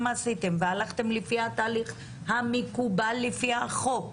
עשיתם והלכתם לפי התהליך המקובל לפי החוק,